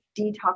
detox